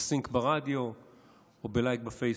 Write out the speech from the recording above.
בסינק ברדיו או בלייב בפייסבוק.